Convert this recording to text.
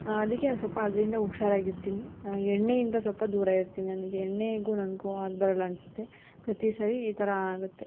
ಅದಕ್ಕೆ ಒಂದು ಸ್ವಲ್ಪ ಅದರಿಂದ ಹುಷಾರಾಗಿರ್ತೀನಿ ಎಣ್ಣೆಯಿಂದ ಸ್ವಲ್ಪ ದೂರ ಇರ್ತೀನಿ ನನಗೆ ಎಣ್ಣೇಗೂ ನನಗೂ ಆಗ್ಬರೋಲ್ಲ ಅನಿಸುತ್ತೆ ಪ್ರತೀ ಸರಿ ಈ ಥರ ಆಗುತ್ತೆ